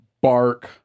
bark